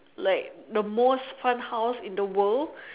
like the most fun house in the world